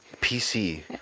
PC